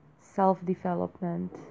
self-development